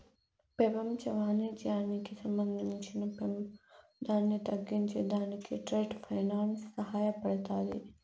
పెపంచ వాణిజ్యానికి సంబంధించిన పెమాదాన్ని తగ్గించే దానికి ట్రేడ్ ఫైనాన్స్ సహాయపడతాది